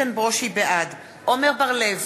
בעד עמר בר-לב,